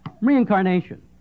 Reincarnation